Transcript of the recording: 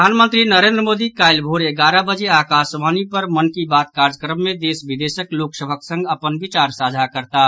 प्रधानमंत्री नरेन्द्र मोदी काल्हि भोर एगारह बजे आकाशवाणी पर मन की बात कार्यक्रम मे देश विदेशक लोकसभक संग अपन विचार साझा करताह